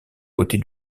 côtés